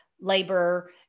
labor